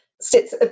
sits